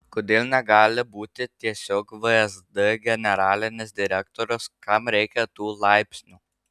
kodėl negali būti tiesiog vsd generalinis direktorius kam reikia tų laipsnių